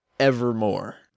Evermore